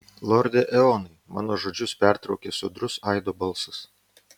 lorde eonai mano žodžius pertraukė sodrus aido balsas